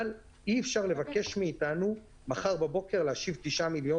אבל אי-אפשר לבקש מאתנו מחר בבוקר להשיב 9 מיליון